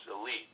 elite